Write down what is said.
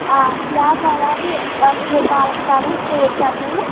ब्याह जाना ते अच्छे बाल कटाने स्ट्रेट करने न